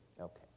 Okay